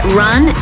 run